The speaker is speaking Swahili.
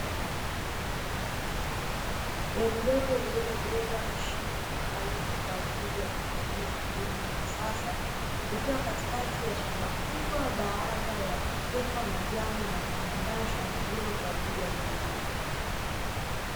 Gari dogo lililobeba mashine maalumu kwa ajili ya kufanyia kilimo cha kisasa, likiwa katika shamba kubwa baada ya kufyeka majani na kuliandaa shamba hilo kwa ajili ya kulima.